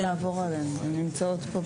היא נמצאת כאן